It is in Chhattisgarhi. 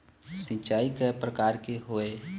सिचाई कय प्रकार के होये?